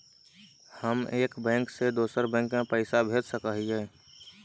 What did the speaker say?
हम एक बैंक से दुसर बैंक में पैसा भेज सक हिय?